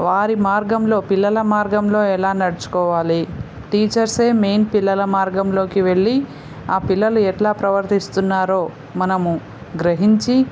వారి మార్గంలో పిల్లల మార్గంలో ఎలా నడుచుకోవాలి టీచర్స్ మెయిన్ పిల్లల మార్గంలోకి వెళ్ళి ఆ పిల్లలు ఎట్లా ప్రవర్తిస్తున్నారో మనము గ్రహించి